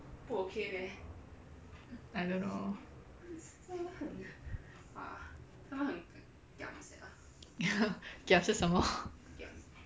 I don't know gia 是什么